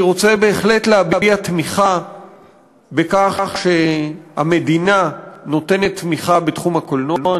אני רוצה בהחלט להביע תמיכה בכך שהמדינה נותנת תמיכה בתחום הקולנוע,